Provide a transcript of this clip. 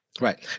Right